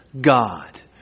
God